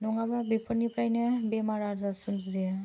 नङाब्ला बेफोरनिफ्रायनो बेमार आजार सोमजियो